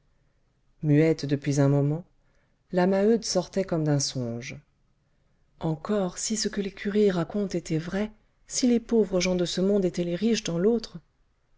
muette depuis un moment la maheude sortait comme d'un songe encore si ce que les curés racontent était vrai si les pauvres gens de ce monde étaient les riches dans l'autre